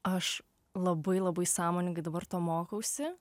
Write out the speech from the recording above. aš labai labai sąmoningai dabar to mokausi